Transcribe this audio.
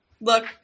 Look